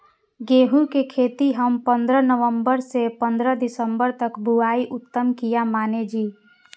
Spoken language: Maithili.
गेहूं के खेती हम पंद्रह नवम्बर से पंद्रह दिसम्बर तक बुआई उत्तम किया माने जी?